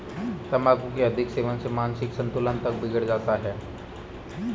तंबाकू के अधिक सेवन से मानसिक संतुलन तक बिगड़ जाता है